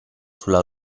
sulla